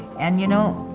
and you know,